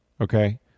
okay